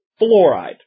fluoride